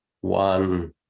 one